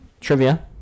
Trivia